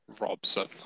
Robson